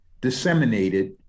disseminated